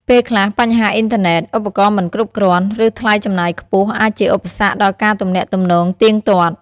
ពេលខ្លះ បញ្ហាអ៊ីនធឺណេត ឧបករណ៍មិនគ្រប់គ្រាន់ ឬថ្លៃចំណាយខ្ពស់ អាចជាឧបសគ្គដល់ការទំនាក់ទំនងទៀងទាត់។